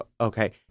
okay